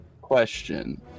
Question